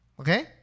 Okay